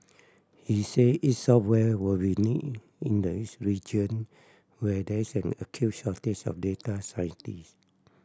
he said its software will be needed in this region where there is an acute shortage of data scientist